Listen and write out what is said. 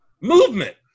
movement